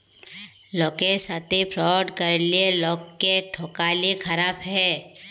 লকের সাথে ফ্রড ক্যরলে লকক্যে ঠকালে খারাপ হ্যায়